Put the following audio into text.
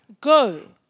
Go